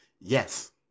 yes